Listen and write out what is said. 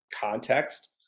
context